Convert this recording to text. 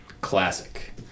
classic